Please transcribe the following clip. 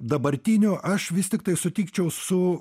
dabartinių aš vis tiktai sutikčiau su